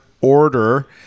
Order